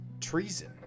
treason